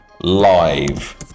live